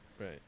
Right